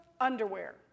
underwear